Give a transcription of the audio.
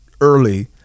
early